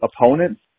opponents